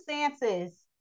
circumstances